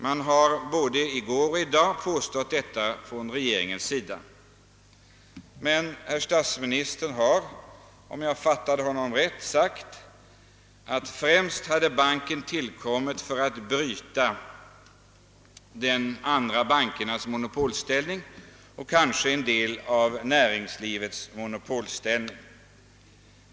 Man har från regeringens sida påstått detta både i går och i dag, men herr statsministern har, om jag fattat honom rätt, nu sagt att banken främst har tillkommit för att bryta de andra bankernas monopolställning och kanske en del av näringslivets monopolställning.